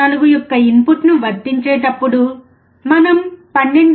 04 యొక్క ఇన్పుట్ను వర్తించేటప్పుడు మనము 12